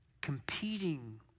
competing